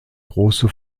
große